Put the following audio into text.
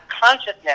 consciousness